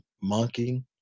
monkey